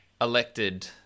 elected